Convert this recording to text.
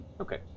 Okay